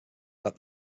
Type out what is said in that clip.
that